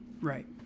Right